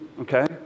Okay